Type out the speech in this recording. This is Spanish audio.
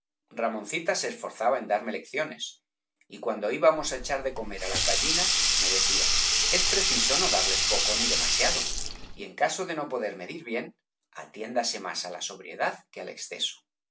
ramoncita se esforzaba en darme lecciones y cuando íbamos á echar de comer á las gallinas me decía es preciso no darles poco ni demasiado y en caso de no poder medir bien atiéndase más á la sobriedad que al exceso